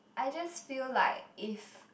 I just feel like if